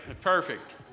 perfect